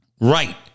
Right